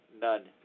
none